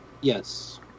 Yes